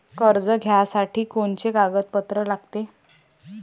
कर्ज घ्यासाठी कोनचे कागदपत्र लागते?